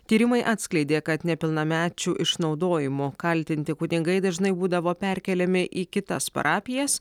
tyrimai atskleidė kad nepilnamečių išnaudojimu kaltinti kunigai dažnai būdavo perkeliami į kitas parapijas